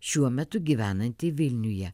šiuo metu gyvenanti vilniuje